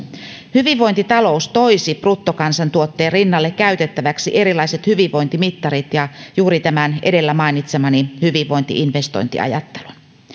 hyvinvointitalous toisi bruttokansantuotteen rinnalle käytettäväksi erilaiset hyvinvointimittarit ja juuri tämän edellä mainitsemani hyvinvointi investointiajattelun